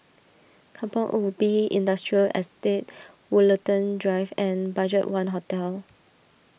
Kampong Ubi Industrial Estate Woollerton Drive and Budgetone Hotel